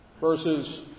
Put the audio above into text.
verses